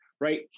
right